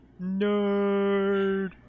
Nerd